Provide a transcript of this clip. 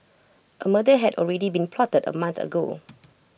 A murder had already been plotted A month ago